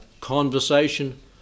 conversation